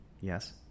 Yes